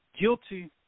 guilty